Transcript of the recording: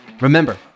Remember